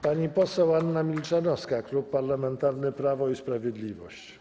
Pani poseł Anna Milczanowska, Klub Parlamentarny Prawo i Sprawiedliwość.